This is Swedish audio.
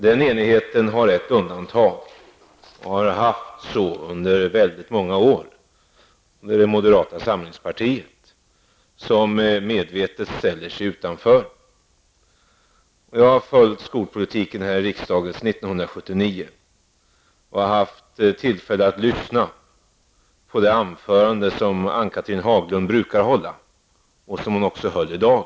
Den enigheten har ett undantag och har haft så under väldigt många år. Det är moderata samlingspartiet som medvetet ställer sig utanför. Jag har följt skolpolitiken här i riksdagen sedan 1979 och har haft tillfälle att lyssna till de anföranden som Ann-Cathrine Haglund brukar hålla, anföranden av samma slag som det hon höll också i dag.